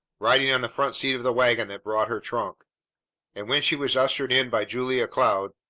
riding on the front seat of the wagon that brought her trunk and, when she was ushered in by julia cloud,